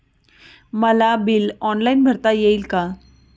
मला bill online भरता येईल का?